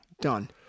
Done